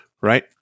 right